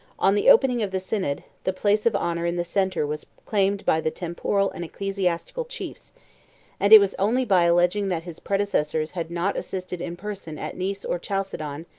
on the opening of the synod, the place of honor in the centre was claimed by the temporal and ecclesiastical chiefs and it was only by alleging that his predecessors had not assisted in person at nice or chalcedon,